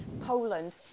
Poland